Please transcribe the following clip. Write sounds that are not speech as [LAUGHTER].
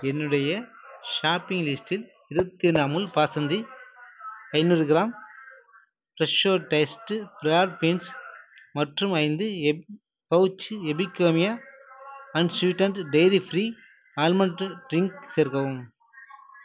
என்னுடைய ஷாப்பிங் லிஸ்ட்டில் [UNINTELLIGIBLE] அமுல் பாசுந்தி ஐந்நூறு gram Fresho taste broad beans மற்றும் ஐந்து எப் பவுச்சி Epigamia unsweetened dairy free almond drink சேர்க்கவும்